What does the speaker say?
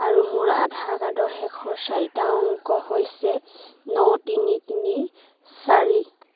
আৰু মোৰ আধাৰ কাৰ্ডৰ শেষৰ চাৰিটা অংক হৈছে ন তিনি তিনি চাৰি